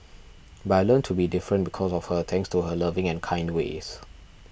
but I learnt to be different because of her thanks to her loving and kind ways